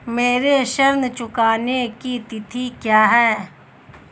मेरे ऋण चुकाने की तिथि क्या है?